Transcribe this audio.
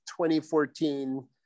2014